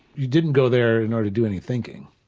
you didn't go there in order to do any thinking,